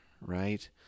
right